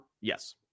yes